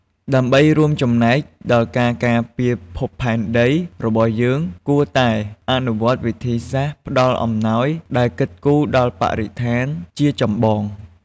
ដើម្បីរួមចំណែកដល់ការការពារភពផែនដីរបស់យើងគួរតែអនុវត្តវិធីសាស្រ្តផ្តល់អំណោយដែលគិតគូរដល់បរិស្ថានជាចម្បង។